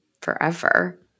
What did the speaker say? forever